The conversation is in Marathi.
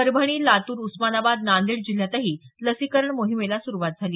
परभणी लातूर उस्मानाबाद नांदेड जिल्ह्यातही लसीकरण मोहिमेला सुरुवात झाली